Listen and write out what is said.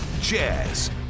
jazz